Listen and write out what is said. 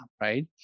right